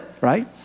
right